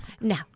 No